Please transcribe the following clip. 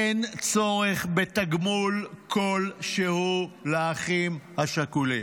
אין צורך בתגמול כלשהו לאחים השכולים.